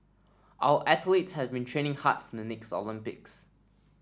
our athletes have been training hard for the next Olympics